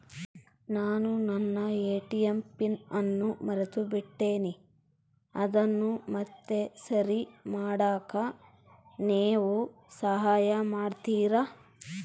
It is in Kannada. ನಾನು ನನ್ನ ಎ.ಟಿ.ಎಂ ಪಿನ್ ಅನ್ನು ಮರೆತುಬಿಟ್ಟೇನಿ ಅದನ್ನು ಮತ್ತೆ ಸರಿ ಮಾಡಾಕ ನೇವು ಸಹಾಯ ಮಾಡ್ತಿರಾ?